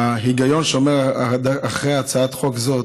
ההיגיון שעומד מאחורי הצעת חוק זו